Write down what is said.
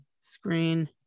Screen